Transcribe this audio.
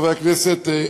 חברי הכנסת,